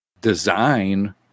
design